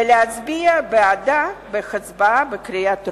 ולהצביע בעדה בקריאה הטרומית.